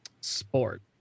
sport